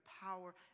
power